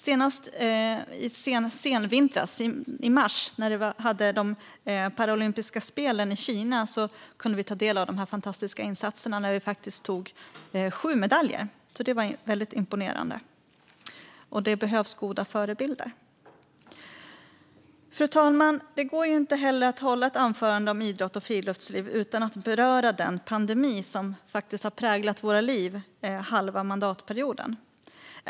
Senast under vårvintern, i mars, kunde vi under de paralympiska spelen i Kina ta del av fantastiska insatser då svenskarna tog sju medaljer. Det var väldigt imponerande. Det behövs alltså goda förebilder. Fru talman! Det går inte att hålla ett anförande om idrott och friluftsliv utan att beröra den pandemi som präglat våra liv under halva mandatperioden.